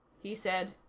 he said.